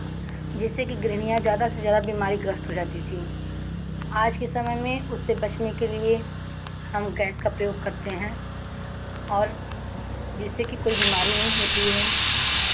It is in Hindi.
जिससे कि गृहणियाँ ज़्यादा से ज़्यादा बीमारी ग्रस्त हो जाती थीं आज के समय में उससे बचने के लिए हम गैस का प्रयोग करते हैं और जिससे कि कोई बीमारी नहीं होती है